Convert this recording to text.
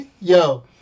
Yo